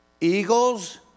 eagles